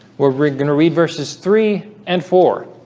where we're gonna read verses three and four